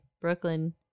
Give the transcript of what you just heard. Brooklyn